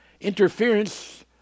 Interference